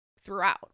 throughout